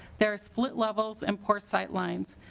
their split levels and poor sightlines.